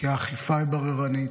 כי האכיפה היא בררנית,